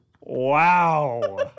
Wow